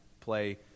play